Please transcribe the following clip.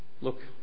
Look